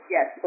Yes